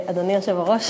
אדני היושב-ראש,